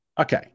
Okay